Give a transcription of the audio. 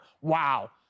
wow